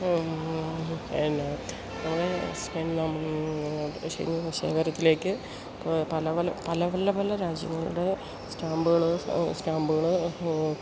എന്നാ നമ്മുടെ ശേഖരത്തിലേക്ക് പല പല പല പല പല രാജ്യങ്ങളുടെ സ്റ്റാമ്പുകള് സ്റ്റാമ്പുകള്